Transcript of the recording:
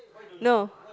no